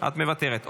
את מוותרת.